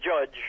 judge